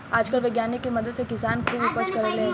आजकल वैज्ञानिक के मदद से किसान खुब उपज करेले